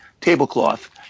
tablecloth